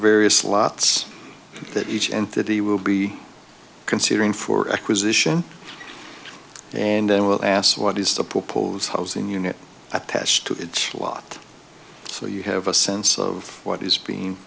various slots that each entity will be considering for acquisition and i will ask what is to propose housing unit attached to it a lot so you have a sense of what is being